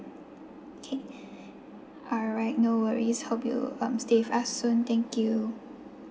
okay alright no worries hope you um stay with us soon thank you